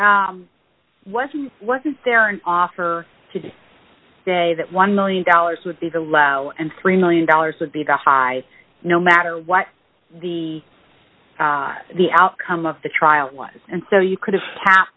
sure wasn't wasn't there an offer to the day that one million dollars would be the lead and three million dollars would be the high no matter what the the outcome of the trial was and so you could have